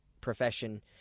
profession